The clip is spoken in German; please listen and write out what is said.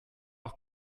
auch